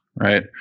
right